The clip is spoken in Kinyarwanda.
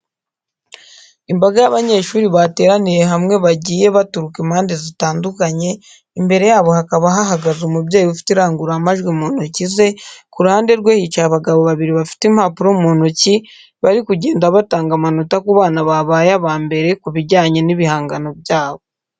Imbaga y'abanyeshuri bateraniye hamwe bagiye baturuka impande zitandukanye, imbere yabo hakaba hahagaze umubyeyi ufite irangururamajwi mu ntoki ze, ku ruhande rwe hicaye abagabo babiri bafite impapuro mu ntoki, bari kugenda batanga amanota ku bana babaye aba mbere ku bijyanye n'ibihangano byabo.